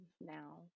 now